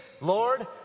Lord